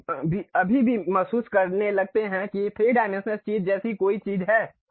आप अभी भी महसूस करने लगते हैं कि 3 डायमेंशनल चीज़ जैसी कोई चीज़ है